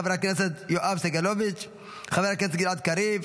חבר הכנסת יואב סגלוביץ'; חבר הכנסת גלעד קריב,